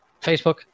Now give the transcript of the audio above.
Facebook